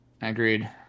Agreed